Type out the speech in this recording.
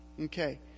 Okay